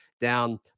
down